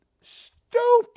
stupid